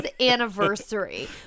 anniversary